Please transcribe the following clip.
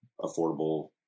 affordable